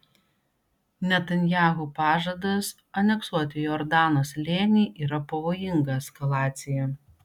netanyahu pažadas aneksuoti jordano slėnį yra pavojinga eskalacija